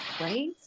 right